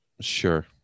sure